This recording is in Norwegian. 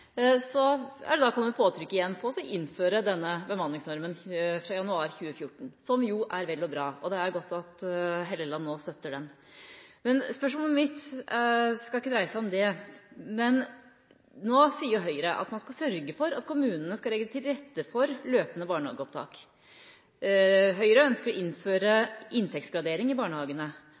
kommet påtrykk om å innføre denne bemanningsnormen fra januar 2014, som jo er vel og bra, og det er godt at Hofstad Helleland nå støtter den. Men spørsmålet mitt skal ikke dreie seg om det. Nå sier jo Høyre at man skal sørge for at kommunene skal legge til rette for løpende barnehageopptak. Høyre ønsker å innføre inntektsgradering i barnehagene,